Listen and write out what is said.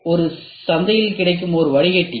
இது சந்தையில் கிடைக்கும் ஒரு வடிகட்டி